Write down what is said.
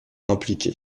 impliqué